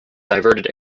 diverted